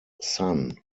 sun